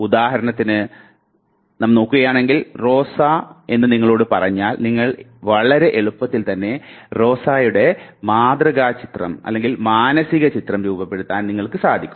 ഉദാഹരണത്തിന് പറയുകയാണെങ്കിൽ റോസ എന്ന് നിങ്ങളോട് പറഞ്ഞാൽ നിങ്ങൾക്ക് വളരെ എളുപ്പത്തിൽ തന്നെ റോസയുടെ മാനസിക ചിത്രം രൂപപ്പെടുത്താൻ സാധിക്കുന്നു